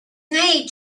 nate